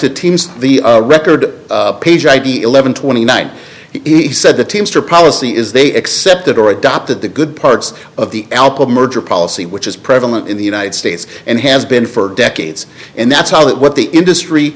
to teams the record page id eleven twenty nine he said the teamster policy is they accept it or adopted the good parts of the album merger policy which is prevalent in the united states and has been for decades and that's how that what the industry